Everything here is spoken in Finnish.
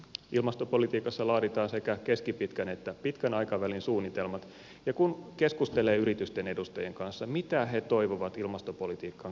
ilmastopolitiikassa laaditaan sekä keskipitkän että pitkän aikavälin suunnitelmat ja kun keskustelee yritysten edustajien kanssa mitä he toivovat ilmastopolitiikkaan kaikkein eniten